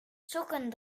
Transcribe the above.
sokken